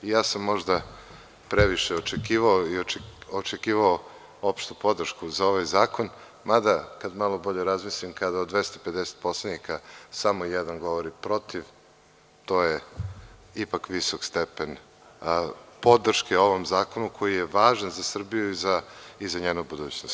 Ja sam možda previše očekivao i očekivao opštu podršku za ovaj zakon, mada, kada bolje razmislim, kada od 250 poslanika samo jedan govori protiv, to je ipak visok stepen podrške ovom zakonu koji je važan za Srbiju i za njenu budućnost.